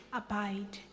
abide